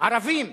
ערבים,